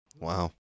Wow